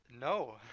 No